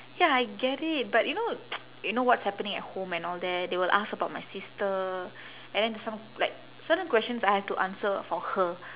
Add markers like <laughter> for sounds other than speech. ya I get it but you know <noise> you know what's happening at home and all that they will ask about my sister and then some like certain questions I have to answer for her